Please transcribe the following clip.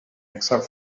except